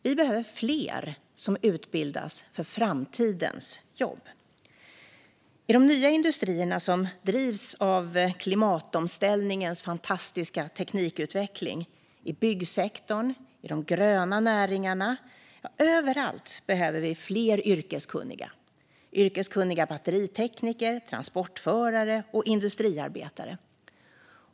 Vi behöver fler som utbildas för framtidens jobb. I de nya industrierna, som drivs av klimatomställningens fantastiska teknikutveckling - i byggsektorn, i de gröna näringarna, överallt - behöver vi fler yrkeskunniga. Det handlar om yrkeskunniga batteritekniker, transportförare och industriarbetare.